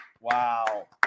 wow